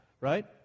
right